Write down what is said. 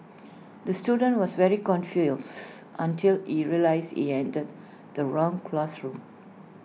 the student was very confused until he realised he entered the wrong classroom